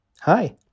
Hi